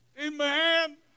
Amen